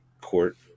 court